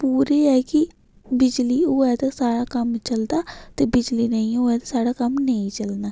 पूरे ऐ कि बिजली होऐ सारा कम्म चलदा ते बिजली नेईं होऐ ते साढ़ा कम्म नेईं चलना